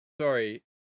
sorry